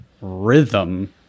rhythm